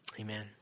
amen